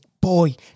boy